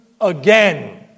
again